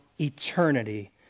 eternity